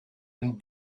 and